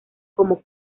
como